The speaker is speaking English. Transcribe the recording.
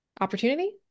Opportunity